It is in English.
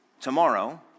tomorrow